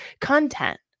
content